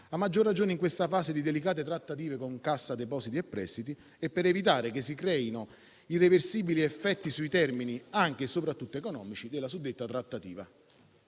soprattutto in questa fase di delicate trattative con Cassa depositi e prestiti, e per evitare che si creino irreversibili effetti sui termini, anche e soprattutto economici, della suddetta trattativa.